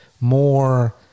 more